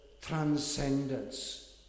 transcendence